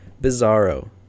bizarro